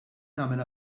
nagħmel